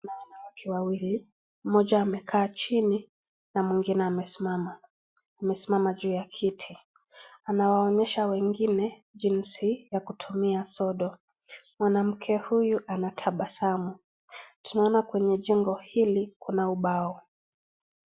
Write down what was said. Kuna wanawake wawili, mmoja amekaa chini na mwengine amesimama. Amesimama juu ya kiti. Anawaonyesha wengine jinsi ya kutumia sodo. Mwanamke huyu anatabasamu. Tunaona kwenye jengo hili kuna ubao.